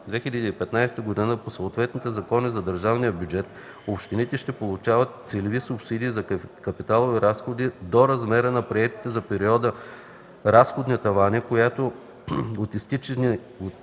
2013-2015 г. по съответните закони за държавния бюджет общините ще получават целева субсидия за капиталови разходи до размера на приетите за периода разходни тавани, която е един